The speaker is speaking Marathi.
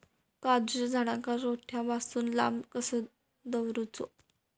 काजूच्या झाडांका रोट्या पासून लांब कसो दवरूचो?